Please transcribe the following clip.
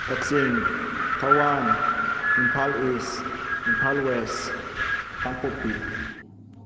Kakching Thoubal Imphal east Imphal west Kangpokpi